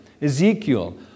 Ezekiel